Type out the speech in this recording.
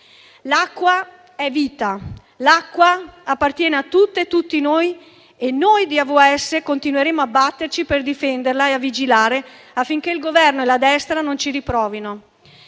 L'acqua è vita e appartiene a tutte e tutti noi e noi di AVS continueremo a batterci per difenderla e a vigilare affinché il Governo e la destra non ci riprovino.